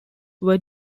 were